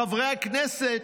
חברי הכנסת